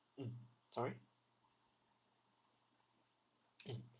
mm sorry mm